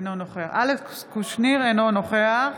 אינו נוכח